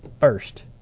first